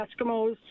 Eskimos